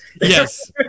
Yes